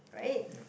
right